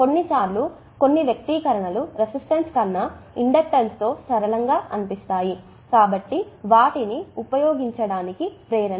కొన్నిసార్లు కొన్ని వ్యక్తీకరణలు రెసిస్టన్స్ కన్నా కండక్టెన్స్ తోసరళంగా అనిపిస్తాయి కాబట్టి అది వాటిని ఉపయోగించడానికి ప్రేరణ